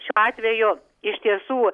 šiuo atveju iš tiesų